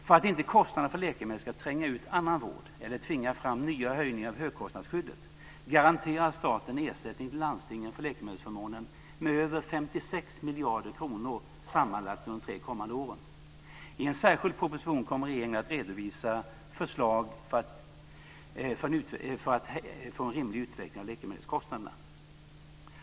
För att inte kostnaderna för läkemedel ska tränga ut annan vård eller tvinga fram nya höjningar av högkostnadsskyddet garanterar staten ersättning till landstingen för läkemedelsförmånen med över 56 miljarder kronor sammanlagt under de tre kommande åren. I en särskild proposition kommer regeringen att redovisa förslag för att få en rimlig utveckling av läkemedelskostnaderna.